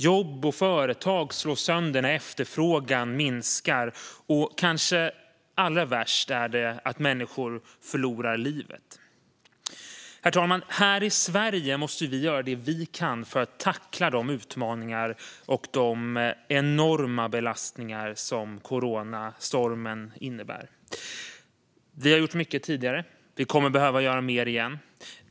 Jobb och företag slås sönder när efterfrågan minskar, och allra värst är det kanske att människor förlorar livet. Herr talman! Här i Sverige måste vi göra det vi kan för att tackla de utmaningar och enorma belastningar som coronastormen innebär. Vi har gjort mycket tidigare. Vi kommer att behöva göra mer.